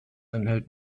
enthält